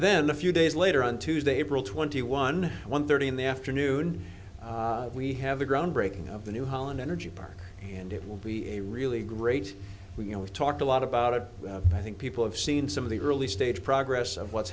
then a few days later on tuesday april twenty one one thirty in the afternoon we have the groundbreaking of the new holland energy park and it will be a really great we you know we've talked a lot about it i think people have seen some of the early stage progress of what's